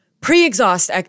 pre-exhaust